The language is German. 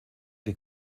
die